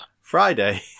Friday